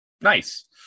Nice